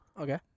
Okay